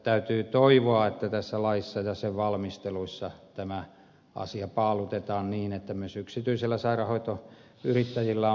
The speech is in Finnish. täytyy toivoa että tässä laissa ja sen valmistelussa tämä asia paalutetaan niin että myös yksityisillä sairaanhoitoyrittäjillä on mahdollisuus